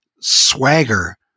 swagger